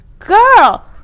girl